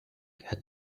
had